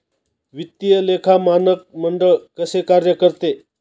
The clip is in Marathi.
वित्तीय लेखा मानक मंडळ कसे कार्य करते?